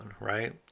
right